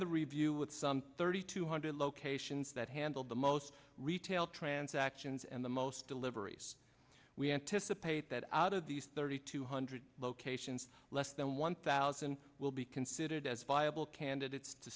the review with some thirty two hundred locations that handled the most retail transactions and the most deliveries we anticipate that out of these thirty two hundred locations less than one thousand will be considered as viable candidates to